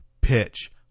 pitch